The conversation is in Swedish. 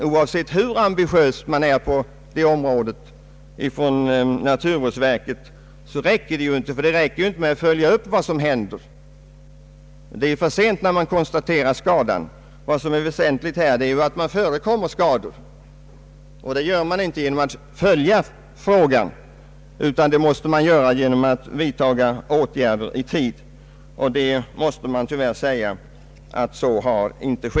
Oavsett hur ambitiöst naturvårdsverket följer utvecklingen räcker det inte med detta. Det är för sent att göra någonting, när skador konstaterats. Vad som är väsentligt på denna punkt är att förekomma skador, och det gör man inte genom att följa frågan utan genom att vidta åtgärder i tid. Tyvärr har så inte skett i detta fall. Herr talman!